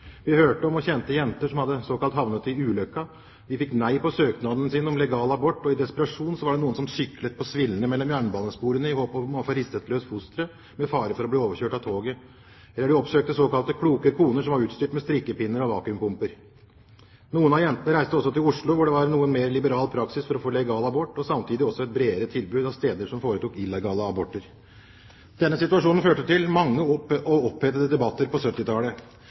Vi hørte om – og kjente – jenter som hadde «havnet i uløkka». De fikk nei på søknaden sin om legal abort, og i ren desperasjon var det noen som syklet på svillene mellom jernbanesporene – med fare for å bli overkjørt av toget – i håp om å få ristet løs fosteret. Eller de oppsøkte såkalt kloke koner som var utstyrt med strikkepinner og vakuumpumper. Noen av jentene reiste også til Oslo hvor det var en noe mer liberal praksis for å få legal abort – og samtidig også et bredere tilbud av steder som foretok illegale aborter. Denne situasjonen førte til mange og opphetede debatter på